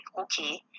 okay